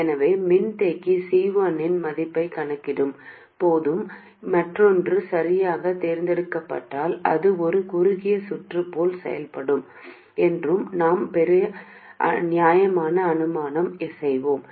எனவே மின்தேக்கி C1 இன் மதிப்பைக் கணக்கிடும் போது மற்றொன்று சரியாக தேர்ந்தெடுக்கப்பட்டால் அது ஒரு குறுகிய சுற்று போல் செயல்படும் என்று நாம் ஒரு நியாயமான அனுமானம் செய்வோம்